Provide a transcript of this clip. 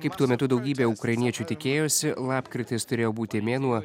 kaip tuo metu daugybė ukrainiečių tikėjosi lapkritis turėjo būti mėnuo